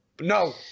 No